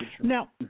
Now